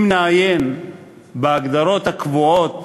אם נעיין בהגדרות הקבועות